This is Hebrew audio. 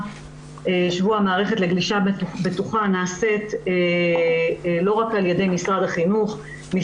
שבוע מערכת לגלישה בטוחה נעשה לא רק על ידי משרד החינוך אלא